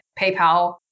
PayPal